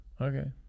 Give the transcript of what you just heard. Okay